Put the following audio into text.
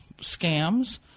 scams